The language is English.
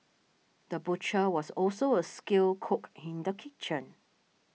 the butcher was also a skilled cook in the kitchen